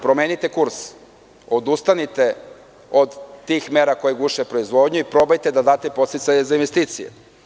Promenite kurs, odustanite od tih mera koje guše proizvodnju i probajte da date podsticaje za investicije.